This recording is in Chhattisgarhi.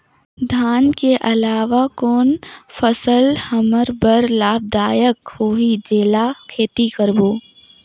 धान के अलावा कौन फसल हमर बर लाभदायक होही जेला खेती करबो?